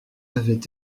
avait